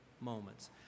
moments